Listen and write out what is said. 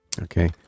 Okay